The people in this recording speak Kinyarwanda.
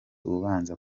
ubanza